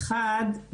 אחד,